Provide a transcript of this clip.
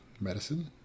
medicine